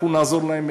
אנחנו נעזור להם,